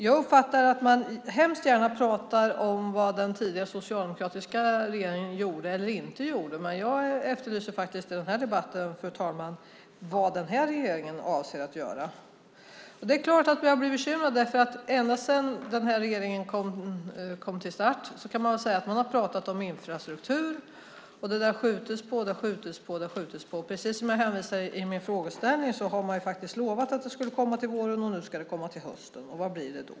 Jag uppfattar att man hemskt gärna pratar om vad den tidigare, socialdemokratiska regeringen gjorde eller inte gjorde. Men jag efterlyser i den här debatten, fru talman, besked om vad den här regeringen avser att göra. Det är klart att jag blir bekymrad, därför att ända sedan den här regeringen kom till makten har man pratat om en infrastrukturproposition, men den har skjutits upp gång efter gång. Som jag säger i min interpellation har man lovat att den skulle komma till våren. Nu ska den komma till hösten, och vad blir det då?